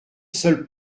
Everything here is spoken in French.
seule